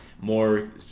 more